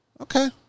Okay